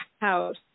house